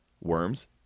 worms